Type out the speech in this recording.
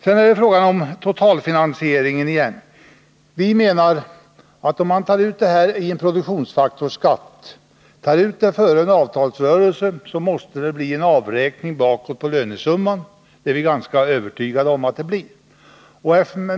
Sedan är det fråga om totalfinansieringen igen. Vi menar att om man tar ut detta i en produktionsfaktorsskatt före en avtalsrörelse så måste det bli en avräkning bakåt på lönesumman. Vi är ganska övertygade om att det blir så.